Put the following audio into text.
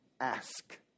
ask